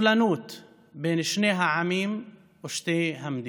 והסובלנות בין שני העמים ושתי המדינות.